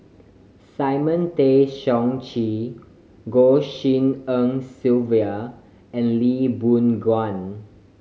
Simon Tay Seong Chee Goh Shin En Sylvia and Lee Boon Ngan